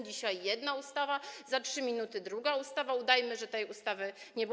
Dzisiaj jedna ustawa, za 3 minuty druga ustawa i udajemy, że tamtej ustawy nie było.